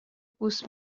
بوس